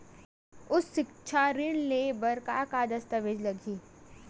उच्च सिक्छा ऋण ले बर का का दस्तावेज लगही?